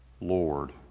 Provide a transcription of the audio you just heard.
Lord